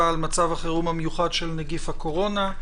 על מצב החירום המיוחד של נגיף הקורונה.